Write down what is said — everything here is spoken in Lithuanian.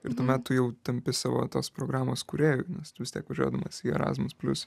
ir tuomet tu jau tampi savo tos programos kūrėju nes tu vis tiek važiuodamas į erasmus plius